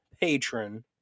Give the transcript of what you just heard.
patron